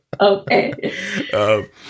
Okay